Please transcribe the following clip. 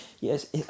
yes